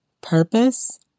purpose